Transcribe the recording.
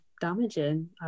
damaging